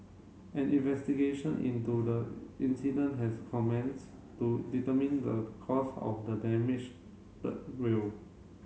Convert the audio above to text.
an investigation into the incident has commenced to determine the cause of the damaged third rail